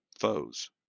foes